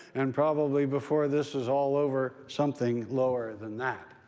and probably before this is all over, something lower than that.